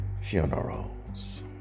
funerals